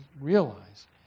realize